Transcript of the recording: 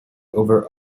over